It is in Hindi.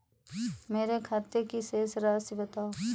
मेरे खाते की शेष राशि बताओ?